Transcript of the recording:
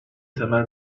temel